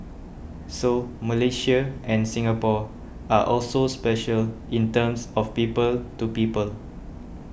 so Malaysia and Singapore are also special in terms of people to people